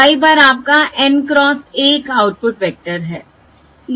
y bar आपका N cross 1 output vector है